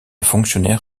fonctionnaire